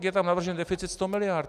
Je tam navržen deficit 100 mld.